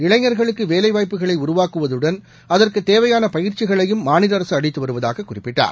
இளைஞர்களுக்கு வேலைவாய்ப்புகளை உருவாக்குவதுடன் அதற்குத் தேவையான பயிற்சிகளையும் மாநில அரசு அளித்து வருவதாக குறிப்பிட்டார்